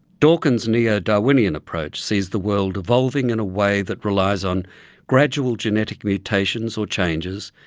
dawkins' neo-darwinian approach sees the world evolving in a way that relies on gradual genetic mutations or changes,